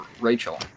Rachel